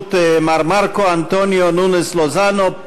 בראשות מר מרקו אנטוניו נונייס לוסאנו,